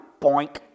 boink